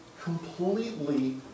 completely